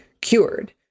Cured